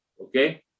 Okay